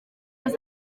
les